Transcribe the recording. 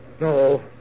No